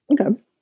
Okay